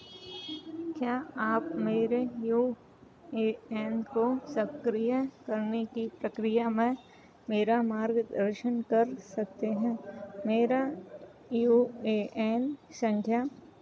क्या आप मेरे यू ए एन को सक्रिय करने की प्रक्रिया में मेरा मार्गदर्शन कर सकते हैं मेरा यू ए एन संख्या